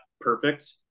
perfect